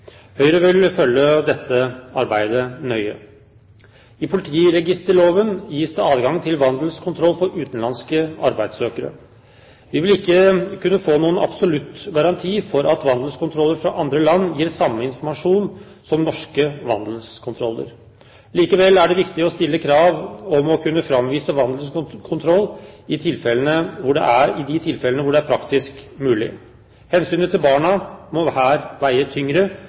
Høyre vil følge dette arbeidet nøye. I politiregisterloven gis det adgang til vandelskontroll for utenlandske arbeidssøkere. Vi vil ikke kunne få noen absolutt garanti for at vandelskontroller fra andre land gir samme informasjon som norske vandelskontroller. Likevel er det viktig å stille krav om å kunne framvise vandelsattest i de tilfellene hvor det er praktisk mulig. Hensynet til barna må her veie tyngre